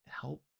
Help